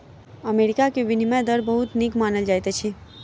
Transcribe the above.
America के विनिमय दर बहुत नीक मानल जाइत अछि